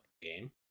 game